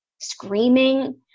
screaming